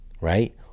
right